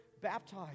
baptized